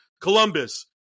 Columbus